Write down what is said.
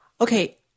okay